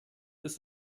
ist